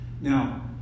Now